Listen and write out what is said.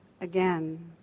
again